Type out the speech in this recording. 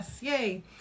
yay